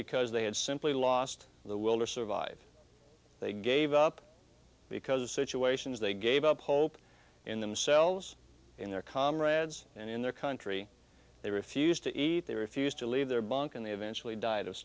because they had simply lost the will to survive they gave up because situations they gave up hope in themselves in their comrades and in their country they refused to eat they refused to leave their bunk and they eventually died of